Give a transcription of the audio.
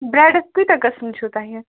برٛٮ۪ڈَس کۭتیٛاہ قٕسٕم چھُو تۄہہِ